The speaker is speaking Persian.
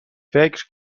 فکر